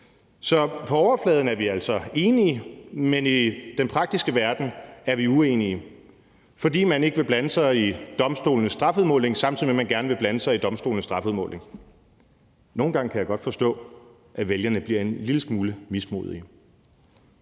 Så på overfladen er vi altså enige, men i den praktiske verden er vi uenige, fordi man ikke vil blande sig i domstolenes strafudmåling, samtidig med at man gerne vil blande sig i domstolenes strafudmåling. Nogle gange kan jeg godt forstå, at vælgerne bliver en lille smule mismodige.